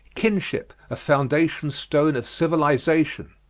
kinship, a foundation stone of civilization.